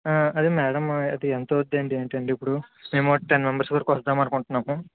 అదే మ్యాడమ్ అది ఎంత అవుతుంది ఏంటండి ఇప్పుడు మేము ఒక టెన్ మెంబెర్స్ వరకు వద్దాం అనుకుంటున్నాము